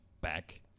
back